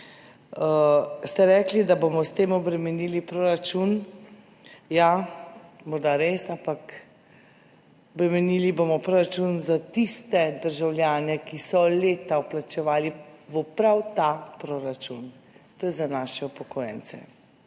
ste, da bomo s tem obremenili proračun. Ja, morda res, ampak bremenili bomo proračun za tiste državljane, ki so leta vplačevali prav v ta proračun. To je za naše upokojence